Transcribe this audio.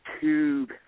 tube